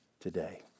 today